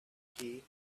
key